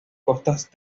costas